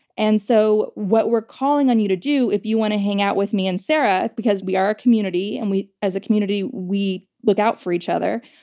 and so what we're calling on you to do, if you want to hang out with me and sarah, because we are a community and as a community we look out for each other,